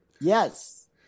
Yes